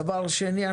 דבר שני,